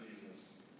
Jesus